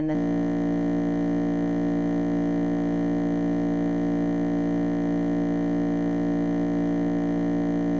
and